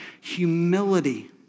humility